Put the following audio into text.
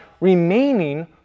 remaining